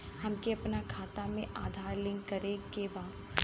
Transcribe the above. हमके अपना खाता में आधार लिंक करें के बा?